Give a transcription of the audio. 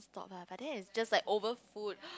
talk lah but then is just like over food